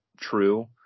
true